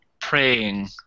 praying